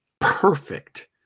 perfect